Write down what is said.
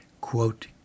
quote